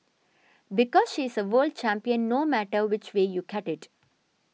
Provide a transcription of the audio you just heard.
because she's a world champion no matter which way you cut it